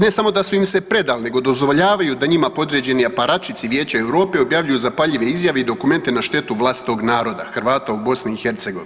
Ne samo da su im se predali, nego dozvoljavaju da njima podređeni ... Vijeća EU objavljuju zapaljive izjave i dokumente na štetu vlastitog naroda, Hrvata u BiH.